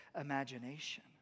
imagination